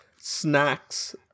snacks